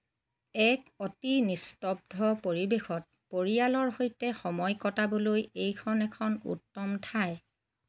এক অতি নিস্তব্ধ পৰিৱেশত পৰিয়ালৰ সৈতে সময় কটাবলৈ এইখন এখন উত্তম ঠাই